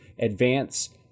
advance